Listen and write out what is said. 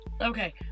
Okay